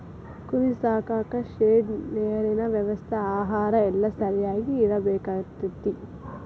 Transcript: ಕುರಿ ಸಾಕಾಕ ಶೆಡ್ ನೇರಿನ ವ್ಯವಸ್ಥೆ ಆಹಾರಾ ಎಲ್ಲಾ ಸರಿಯಾಗಿ ಇರಬೇಕಕ್ಕತಿ